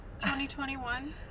2021